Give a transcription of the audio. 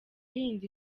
yindi